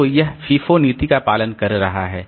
तो यह FIFO नीति का पालन कर रहा है